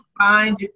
find